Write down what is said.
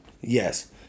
Yes